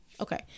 Okay